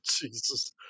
Jesus